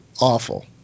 awful